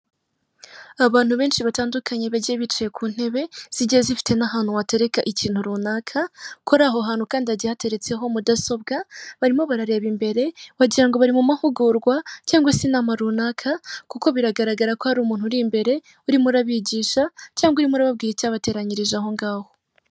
Abantu benshi batandukanye bagiye bicaye ku ntebe zigiye zifite n'ahantu watereka ikintu runaka ko aho hantu kandi hagiye hateretseho mudasobwa barimo barareba imbere wagirango bari mu mahugurwa cyangwa se inama runaka kuko biragaragara ko ari umuntu uri imbere urimo urabigisha cyangwa iyokuruba bwita yabateranyirije aho ngaho.